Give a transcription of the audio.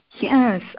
Yes